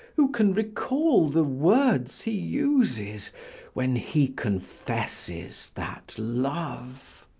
who can recall the words he uses when he confesses that love!